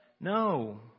No